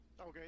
Okay